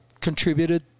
contributed